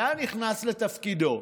היה נכנס לתפקידו,